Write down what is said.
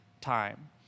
time